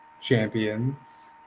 champions